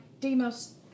Demos